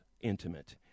intimate